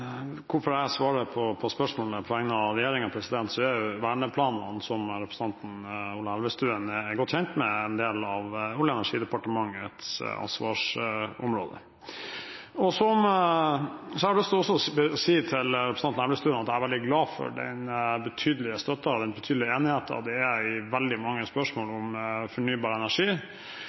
jeg svarer på spørsmålet på vegne av regjeringen: Som representanten Ola Elvestuen er godt kjent med, er verneplanene en del av Olje- og energidepartementets ansvarsområde. Jeg har også lyst til å si til representanten Elvestuen at jeg er veldig glad for den betydelige støtten og den betydelige enigheten det er i veldig mange spørsmål om fornybar energi,